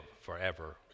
forever